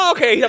Okay